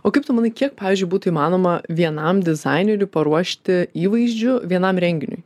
o kaip tu manai kiek pavyzdžiui būtų įmanoma vienam dizaineriui paruošti įvaizdžių vienam renginiui